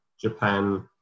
Japan